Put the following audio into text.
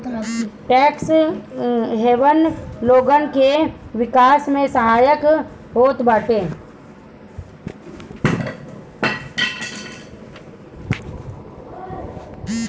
tax haven लोगन के विकास में सहायक होत बाटे